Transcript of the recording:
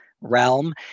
realm